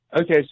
okay